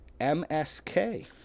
MSK